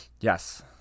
Yes